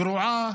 גרועה,